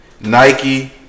Nike